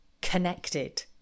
connected